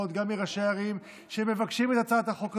וגם מראשי ערים שמבקשים את הצעת החוק הזאת.